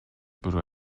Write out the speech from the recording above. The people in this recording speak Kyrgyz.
бирөө